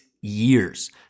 years